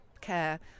care